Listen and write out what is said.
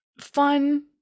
Fun